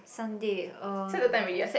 Sunday eh